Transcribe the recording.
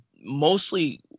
mostly